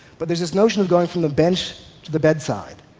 but there's this notion of going from the bench to the bedside,